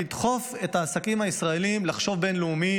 לדחוף את העסקים הישראליים לחשוב בין-לאומי,